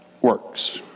works